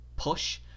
push